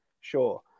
sure